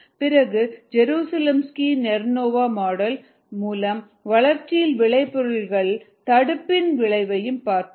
பிறகு ஜெருசலிம்ஸ்கி மற்றும் நெரோனோவாவின் மாடல் மூலம் வளர்ச்சியில் விளைபொருள் தடுப்பின் விளைவையும் பார்த்தோம்